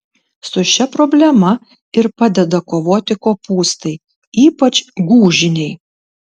su šia problema ir padeda kovoti kopūstai ypač gūžiniai